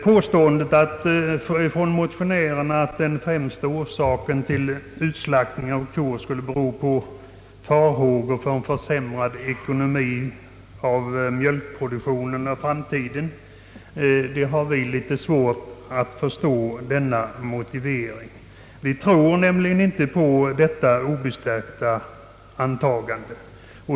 Motionärernas påstående att den främsta orsaken till utslaktningen av kor skulle vara de starka farhågorna för en försämrad ekonomi för mjölkproduktionen i framtiden har vi svårt att förstå. Vi tror nämligen inte på detta obestyrkta antagande.